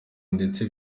ndetse